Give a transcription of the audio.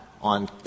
on